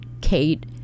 Kate